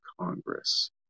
Congress